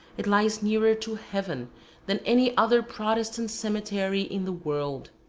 it lies nearer to heaven than any other protestant cemetery in the world.